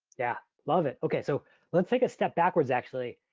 yeah, love it okay, so let's take a step backwards, actually.